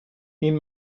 این